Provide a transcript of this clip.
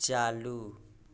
चालू